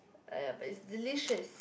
ah yeah but it's delicious